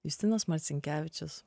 justinas marcinkevičius